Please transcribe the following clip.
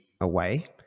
away